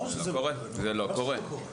זה לא קורה.